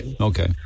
Okay